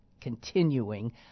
continuing